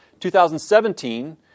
2017